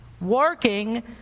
working